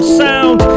sound